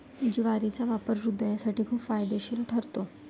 ज्वारीचा वापर हृदयासाठी खूप फायदेशीर ठरतो